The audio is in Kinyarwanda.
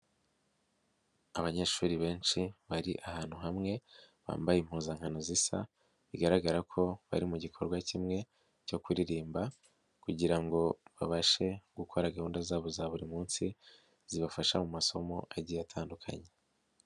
Abanyeshuri benshi bari ahantu hamwe, bambaye impuzankano zisa bigaragara ko bari mu gikorwa kimwe cyo kuririmba kugira ngo babashe gukora gahunda zabo za buri munsi, zibafasha mu masomo agiye atandukanye.